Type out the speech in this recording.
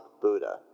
Buddha